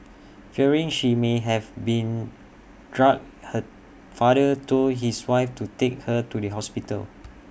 fearing she may have been drugged her father told his wife to take her to the hospital